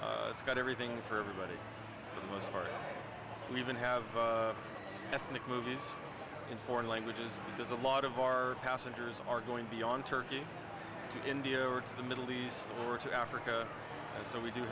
it's got everything for everybody for the most part we even have ethnic movies in foreign languages because a lot of our passengers are going beyond turkey to india or to the middle east or to africa and so we do